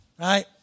right